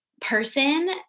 person